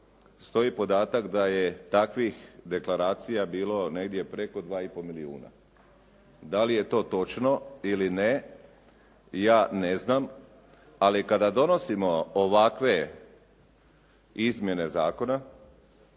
stoji podatak da je takvih deklaracija bilo negdje preko 2,5 milijuna. Dali je to točno ili ne? Ja ne znam. Ali kada donosimo ovakve izmjene zakona,